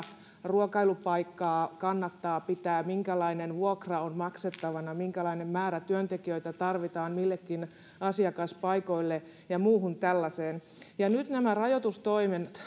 ruokailupaikkaa kannattaa pitää minkälainen vuokra on maksettavana minkälainen määrä työntekijöitä tarvitaan millekin asiakaspaikoille ja muuhun tällaiseen nyt nämä rajoitustoimet